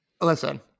Listen